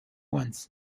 ones